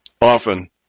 often